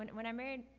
and when i married,